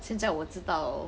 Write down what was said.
现在我知道